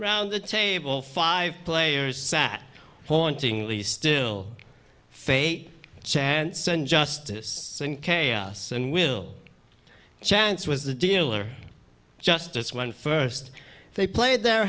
round the table five players sat hauntingly still fate chance and justice and chaos and will chance was the dealer justice won first they played their